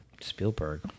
Spielberg